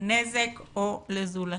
נזק או לזולתו".